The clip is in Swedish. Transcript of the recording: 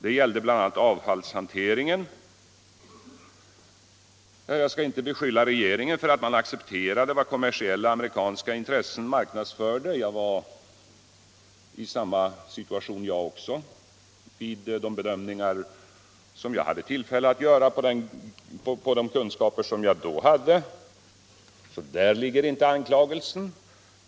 Det gällde bl.a. avfallshanteringen.” Jag skall inte beskylla regeringen för att den accepterade vad kommersiella amerikanska intressen marknadsförde. Jag var i samma situation vid de bedömningar jag hade tillfälle att göra med utgångspunkt i de kunskaper jag då hade. Där ligger alltså inte anklagelsen.